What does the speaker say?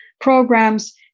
programs